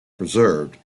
preserved